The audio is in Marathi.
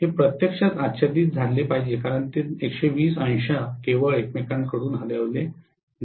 हे प्रत्यक्षात आच्छादित झाले पाहिजे कारण ते 1200 केवळ एकमेकांकडून हलविले गेले आहे